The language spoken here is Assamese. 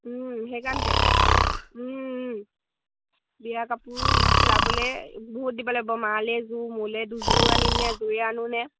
সেইকাৰণতেে বিয়া কাপোৰ চিলাবলে বহুত দিব লাগিব মালে জোৰ মোলে দুযোৰ আনিম নে জুোৰে আনো নে